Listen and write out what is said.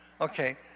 Okay